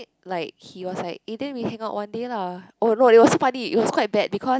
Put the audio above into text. like he was like eh then we hang out one day lah oh no it was so funny it was quite bad because